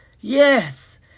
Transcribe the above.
Yes